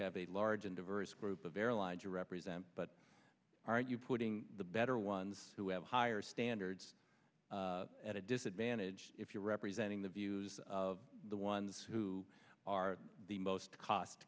have a large and diverse group of airlines you represent but aren't you putting the better ones who have higher standards at a disadvantage if you're representing the views of the ones who are the most cost